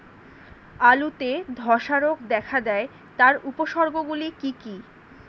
আলুতে ধ্বসা রোগ দেখা দেয় তার উপসর্গগুলি কি কি?